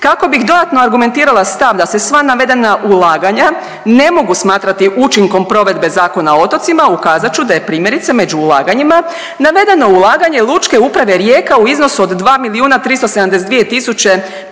kako bih dodatno argumentirala stav da se sva navedena ulaganja ne mogu smatrati učinkom provedbe Zakona o otocima ukazat ću da je primjerice među ulaganjima navedeno ulaganje Lučke uprave Rijeka u iznosu od 2 milijuna 372 tisuće